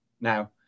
now